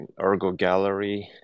ErgoGallery